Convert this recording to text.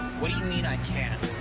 what do you mean i can't?